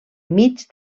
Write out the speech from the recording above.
mig